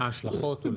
ההשלכות אולי.